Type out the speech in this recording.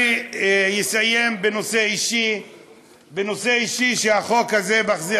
אני אסיים בנושא אישי שהחוק הזה מחזיר,